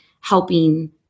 helping